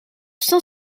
cent